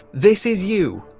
this is you.